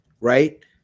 right